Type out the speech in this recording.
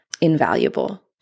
invaluable